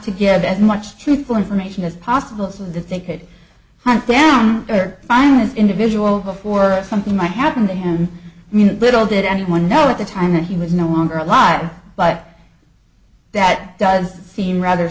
to get as much truthful information as possible so that they could hunt down their finest individual before something might happen to him you know little did anyone know at the time that he was no longer alive but that does seem rather